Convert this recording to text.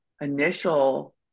initial